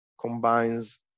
combines